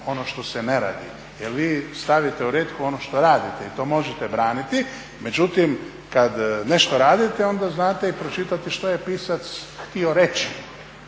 ono što se ne radi. Jer vi stavite u retku ono što radite i to možete braniti. Međutim, kad nešto radite onda znate i pročitati što je pisac htio reći.